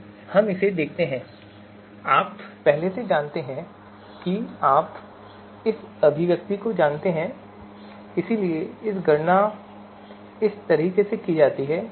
तो हम इसे देखते हैं आप पहले जानते हैं कि आप इस अभिव्यक्ति को जानते हैं इसलिए इसकी गणना इस तरह की जा सकती है